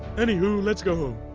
anywho, let's go home